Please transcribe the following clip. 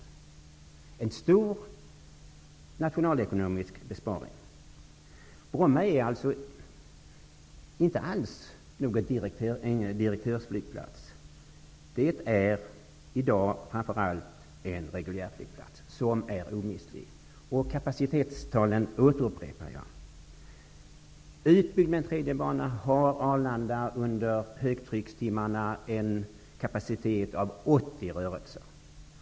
Det är fråga om en stor nationalekonomisk besparing. Bromma är inte alls någon direktörsflygplats. Bromma är i dag framför allt en flygplats för reguljärflyget -- som är omistlig. Jag upprepar kapacitetstalen. Med en utbyggd tredje bana har 80 rörelser, och Bromma har en kapacitet av 20 rörelser.